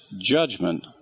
judgment